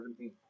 17